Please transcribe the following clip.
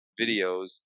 videos